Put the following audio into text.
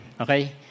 Okay